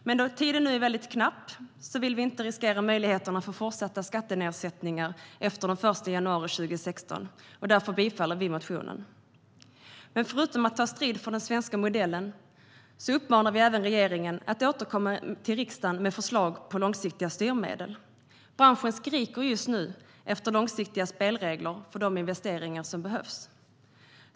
Men då tiden nu är väldigt knapp vill vi inte riskera möjligheterna till fortsatta skattenedsättningar efter den 1 januari 2016, och därför tillstyrker vi den aktuella motionen. Förutom att ta strid för den svenska modellen uppmanar vi regeringen att återkomma till riksdagen med förslag på långsiktiga styrmedel. Branschen skriker just nu efter långsiktiga spelregler för de investeringar som behövs.